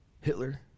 Hitler